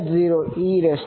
H0e jk